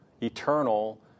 eternal